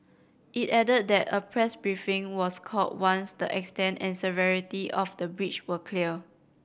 it added that a press briefing was called once the extent and severity of the breach were clear